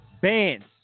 Bands